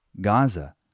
Gaza